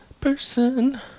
person